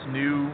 new